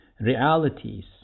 realities